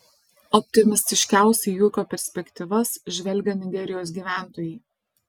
optimistiškiausiai į ūkio perspektyvas žvelgia nigerijos gyventojai